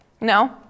No